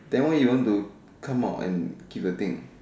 then why you want to come out and give the thing